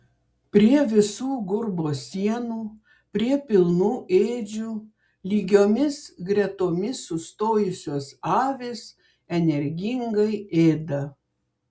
prie visų gurbo sienų prie pilnų ėdžių lygiomis gretomis sustojusios avys energingai ėda